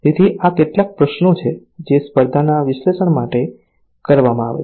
તેથી આ કેટલાક પ્રશ્નો છે જે સ્પર્ધાના વિશ્લેષણ માટે કરવામાં આવે છે